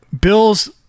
Bills